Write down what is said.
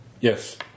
Yes